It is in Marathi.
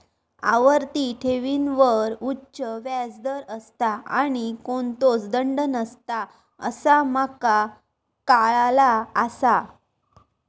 आवर्ती ठेवींवर उच्च व्याज दर असता आणि कोणतोच दंड नसता असा माका काळाला आसा